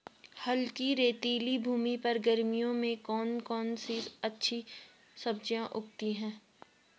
हल्की रेतीली भूमि पर गर्मियों में कौन सी सब्जी अच्छी उगती है?